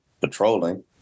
patrolling